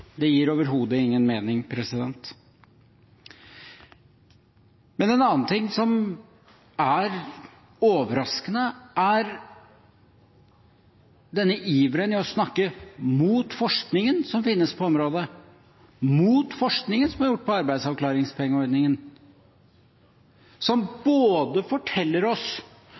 Det gir overhodet ingen mening. En annen ting som er overraskende, er denne iveren etter å snakke mot forskningen som finnes på området, mot forskningen som er gjort på arbeidsavklaringspengeordningen, som både forteller oss